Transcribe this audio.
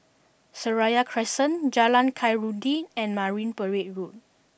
Seraya Crescent Jalan Khairuddin and Marine Parade Road